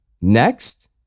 Next